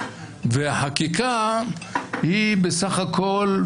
והחקיקה היא בסך הכול,